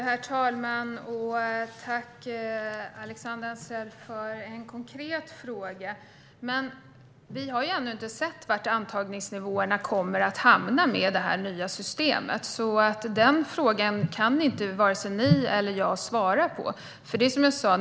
Herr talman! Jag tackar Alexandra Anstrell för en konkret fråga. Men vi har ännu inte sett var antagningsnivåerna kommer att hamna med detta nya system. Därför kan varken ni eller jag svara på den frågan.